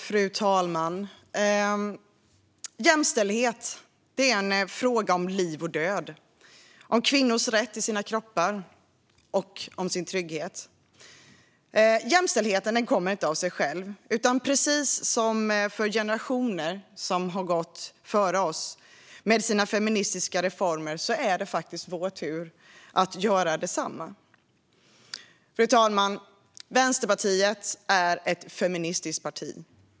Fru talman! Jämställdhet är en fråga om liv och död, om kvinnors rätt till sina kroppar och sin trygghet. Jämställdheten kommer inte av sig själv, utan precis som för generationer som gått före oss med feministiska reformer är det nu vår tur att göra detsamma. Fru talman! Vänsterpartiet är ett feministiskt parti.